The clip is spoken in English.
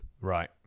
right